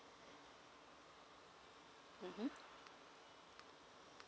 mmhmm